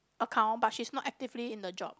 account but she's not actively in the job